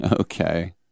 Okay